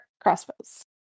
crossbows